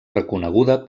reconeguda